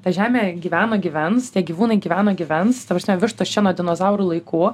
ta žemė gyveno gyvens tie gyvūnai gyveno gyvens ta prasme vištos čia nuo dinozaurų laikų